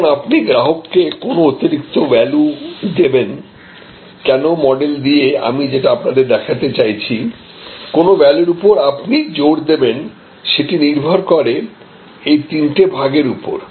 যখন আপনি গ্রাহককে কোন অতিরিক্ত ভ্যালু দেবেন ক্যানো মডেলে দিয়ে আমি যেটা আপনাদের দেখাতে চাইছি অতিরিক্ত কোন ভ্যালু র উপর আপনি জোর দেবেন সেটা নির্ভর করে এই তিনটি ভাগের উপর